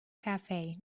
cafe